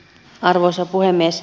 arvoisa puhemies